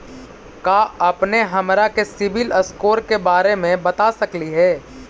का अपने हमरा के सिबिल स्कोर के बारे मे बता सकली हे?